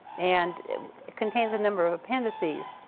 and it contains a number of appendices,